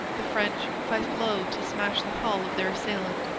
the french fifed low to smash the hull of their assailant.